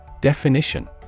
Definition